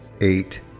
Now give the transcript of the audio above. eight